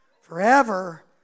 forever